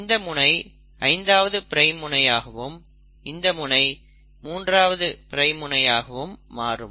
இந்த முனை 5ஆவது பிரைம் முனையாகவும் இந்த முனை 3ஆவது பிரைம் முனையாகவும் மாறும்